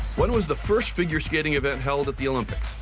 when was the first figure skating event held at the olympics?